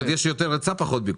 כלומר יש יותר היצע ופחות ביקוש.